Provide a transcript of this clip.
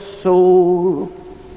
soul